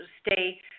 stay